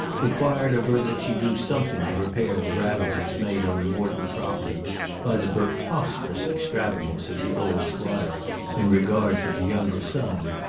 required of her that she do something to repair the ravages made on the morton property by the preposterous extravagance of the old squire in regard to the younger son,